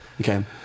Okay